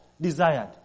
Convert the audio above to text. desired